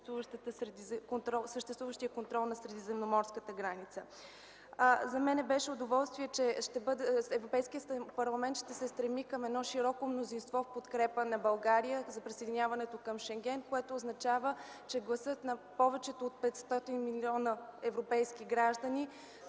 съществуващият контрол на средиземноморската граница на Европейския съюз. За мен беше удоволствие, че Европейският парламент ще се стреми към едно широко мнозинство в подкрепа на България и за присъединяването й към Шенген, което означава, че гласът на повече от 500 милиона европейски граждани